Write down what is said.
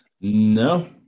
No